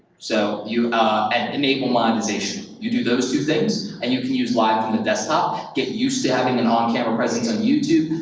so and enable monetization. you do those two things, and you can use live on the desktop, get used to having an on-camera presence on youtube,